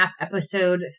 episode